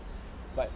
but